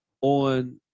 on